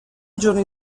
giorni